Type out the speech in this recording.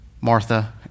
Martha